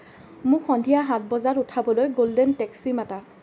মোক সন্ধিয়া সাত বজাত উঠাবলৈ গ'ল্ডেন টেক্সি মাতা